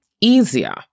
easier